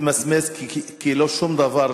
מתמסמס כי התוצאה הזאת היא שום דבר.